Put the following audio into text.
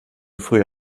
früher